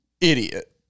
Idiot